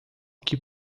que